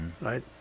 right